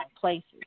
places